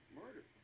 murder